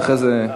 ואחרי זה,